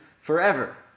forever